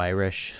Irish